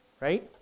right